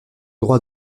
droit